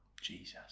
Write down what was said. Jesus